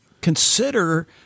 consider